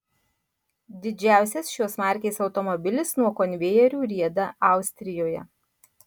didžiausias šios markės automobilis nuo konvejerių rieda austrijoje